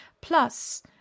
Plus